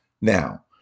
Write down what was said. Now